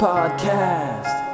Podcast